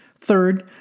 Third